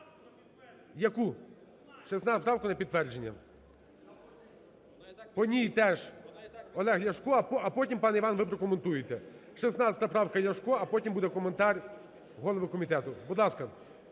Яку? 16 поправку на підтвердження. По ній теж… Олег Ляшко, а потім, пан Іван, ви прокоментуєте. 16 правка, Ляшко. А потім буде коментар голови комітету, будь ласка.